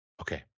Okay